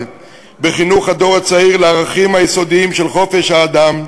בחינוך הדור הצעיר לערכים היסודיים של חופש האדם,